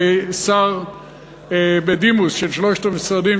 כשר בדימוס של שלושת המשרדים,